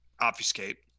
Obfuscate